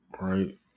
right